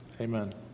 Amen